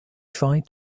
tried